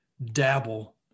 dabble